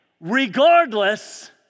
Regardless